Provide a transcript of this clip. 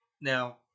now